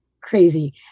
crazy